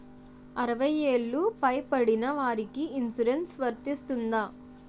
అరవై ఏళ్లు పై పడిన వారికి ఇన్సురెన్స్ వర్తిస్తుందా?